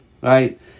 right